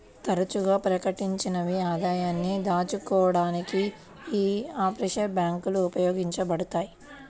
తరచుగా ప్రకటించని ఆదాయాన్ని దాచుకోడానికి యీ ఆఫ్షోర్ బ్యేంకులు ఉపయోగించబడతయ్